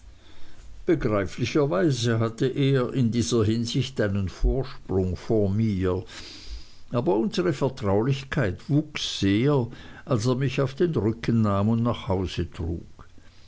begreiflicherweise hatte er in dieser hinsicht einen vorsprung vor mir aber unsere vertraulichkeit wuchs sehr als er mich auf den rücken nahm und nach hause trug